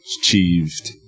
achieved